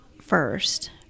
first